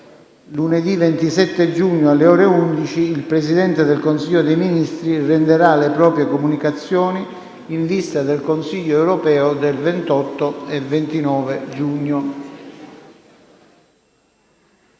lunedì 27 giugno, alle ore 11, il Presidente del Consiglio dei ministri renderà le proprie comunicazioni in vista del Consiglio europeo del 28 e 29 giugno.